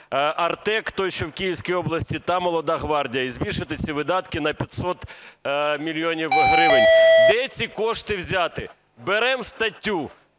"Артек" (той, що в Київській області) та "Молода гвардія" і збільшити ці видатки на 500 мільйонів гривень. Де ці кошти взяти? Беремо статтю,